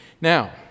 Now